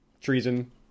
treason